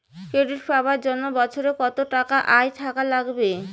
Credit পাবার জন্যে বছরে কত টাকা আয় থাকা লাগবে?